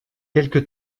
quelque